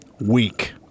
Weak